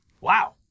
Wow